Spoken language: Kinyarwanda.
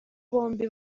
bombi